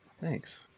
Thanks